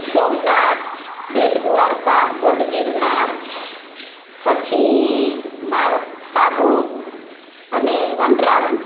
સોમનાથ બેટ દ્વારકા ગઢ ગિરનાર પછી માઉન આબુ અને વનરાવન